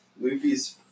Luffy's